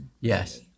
yes